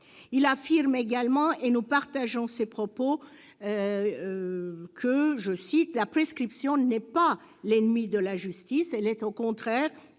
Il affirme également, et nous partageons ces propos, que « la prescription n'est pas l'ennemie de la justice, elle est au contraire